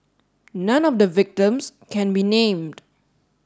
none of the victims can be named